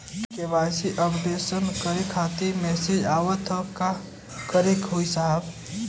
KYC updation करें खातिर message आवत ह का करे के होई साहब?